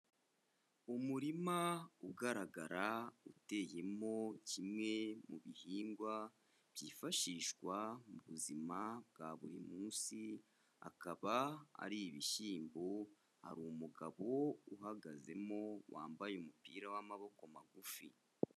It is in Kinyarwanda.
Umurima ugaragara uteyemo kimwe mu bihingwa byifashishwa mu buzima bwa buri munsi akaba ari ibishyimbo, hari umugabo uhagazemo wambaye umupira w'amaboko magufi.